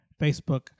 Facebook